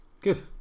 Good